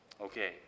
Okay